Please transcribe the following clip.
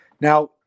Now